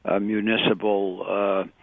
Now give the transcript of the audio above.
municipal